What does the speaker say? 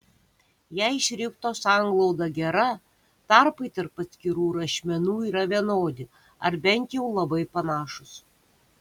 jei šrifto sanglauda gera tarpai tarp atskirų rašmenų yra vienodi ar bent jau labai panašūs